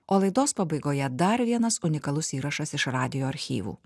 o laidos pabaigoje dar vienas unikalus įrašas iš radijo archyvų